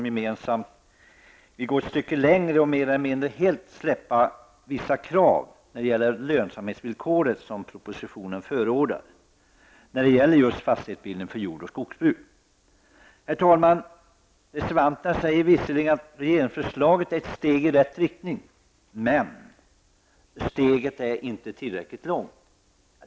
gemensamt gå ett stycke längre och mer eller mindre helt släppa vissa krav när det gäller lönsamhetsvillkoret som förordas i propositionen för just fastighetsbildning för jord och skogsbruk. Herr talman! Reservanterna säger visserligen att regeringsförslaget är ett steg i rätt riktning, men steget är inte tillräckligt långt.